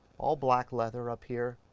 all black leather up here.